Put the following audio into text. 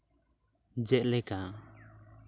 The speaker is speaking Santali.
ᱡᱮᱞᱮᱠᱟ